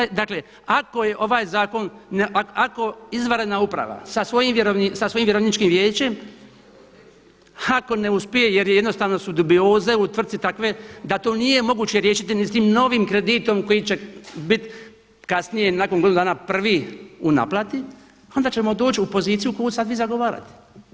Ostaje, dakle ako je ovaj zakon, ako izvanredna uprava sa svojim vjerovničkim vijećem, ako ne uspije jer jednostavno su dubioze u tvrtki takve da to nije moguće riješiti ni s tim novim kreditom koji će biti kasnije nakon godinu dana 1. u naplati onda ćemo doći u poziciju koju sad vi zagovarate.